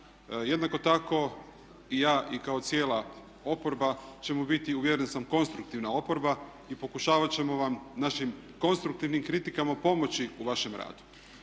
Jednako tako i ja i kao cijela oporba ćemo biti uvjeren sam konstruktivna oporba i pokušavat ćemo vam našim konstruktivnim kritikama pomoći u vašem radu.